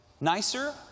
nicer